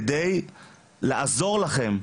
כדי לעזור לכם.